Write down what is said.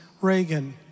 Reagan